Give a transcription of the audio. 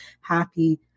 happy